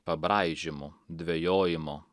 pabraižymų dvejojimo